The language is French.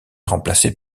remplacées